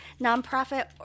nonprofit